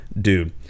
dude